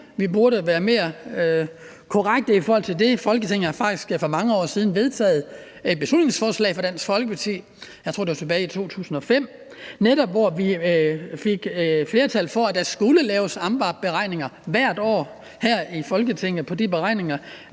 Vi burde være mere korrekte her. Folketinget har faktisk for mange år siden vedtaget et beslutningsforslag fra Dansk Folkeparti – jeg tror, det var tilbage i 2005 – hvor vi fik flertal for, at der skal laves AMVAB-beregninger hvert år her i Folketinget af, hvad lovgivningen